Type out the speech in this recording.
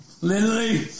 Lily